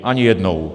Ani jednou.